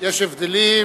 יש הבדלים